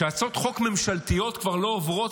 שהצעות חוק ממשלתיות כבר לא עוברות,